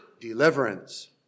deliverance